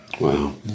Wow